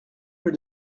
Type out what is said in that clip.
were